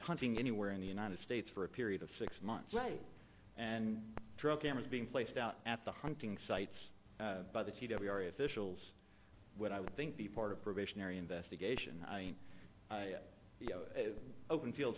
hunting anywhere in the united states for a period of six months right and drug cameras being placed out at the hunting sites by the t v our officials would i would think be part of probationary investigation the open fields